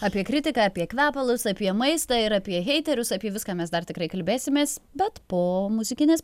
apie kritiką apie kvepalus apie maistą ir apie heiterius apie viską mes dar tikrai kalbėsimės bet po muzikinės